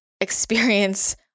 experience